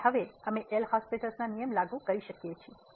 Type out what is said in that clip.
અને હવે અમે એલ'હોસ્પિટલL'hospital નિયમ લાગુ કરી શકીએ છીએ